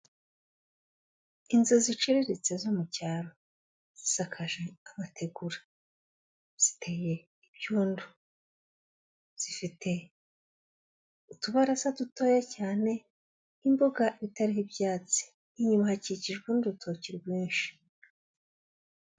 Inzu ziciriritse zo mu cyaro, zisakaje amategura, ziteye ibyondo, zifite utubaraza dutoya cyane, imbuga itariho ibyatsi, inyuma hakikijwe n'urutoki rwinshi.